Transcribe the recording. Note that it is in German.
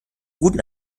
guten